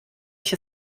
ich